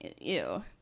ew